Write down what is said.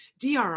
DRI